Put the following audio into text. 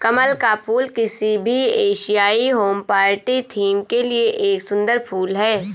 कमल का फूल किसी भी एशियाई होम पार्टी थीम के लिए एक सुंदर फुल है